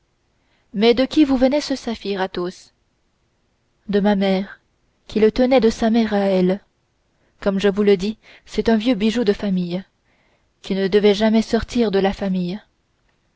mais de qui vous venait ce saphir athos de ma mère qui le tenait de sa mère à elle comme je vous le dis c'est un vieux bijou qui ne devait jamais sortir de la famille